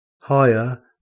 higher